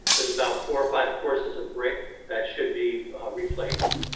there's about four or five courses of brick that should be replaced.